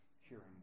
hearing